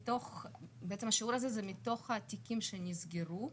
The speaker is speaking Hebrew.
השיעור הזה הוא מתוך התיקים שנסגרו,